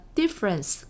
difference